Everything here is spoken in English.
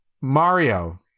Mario